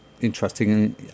interesting